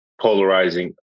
polarizing